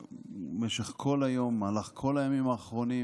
במשך כל היום, במהלך כל הימים האחרונים,